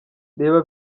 reba